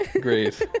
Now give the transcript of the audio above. Great